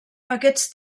aquests